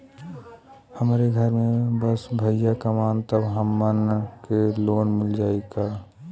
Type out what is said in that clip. हमरे घर में बस भईया कमान तब हमहन के लोन मिल जाई का?